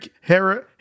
Harry